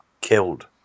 killed